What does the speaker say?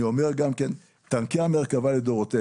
אני אומר גם כן, טנקי המרכבה לדורותיהם.